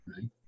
right